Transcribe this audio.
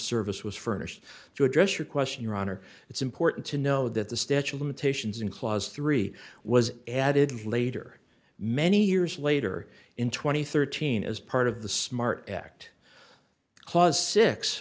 service was furnished to address your question your honor it's important to know that the statue of limitations in clause three was added later many years later in two thousand and thirteen as part of the smart act clause six